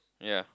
ya